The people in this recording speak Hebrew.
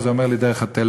אז הוא אומר לי דרך הטלפון,